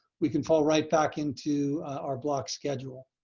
we can fall right back into our block schedule.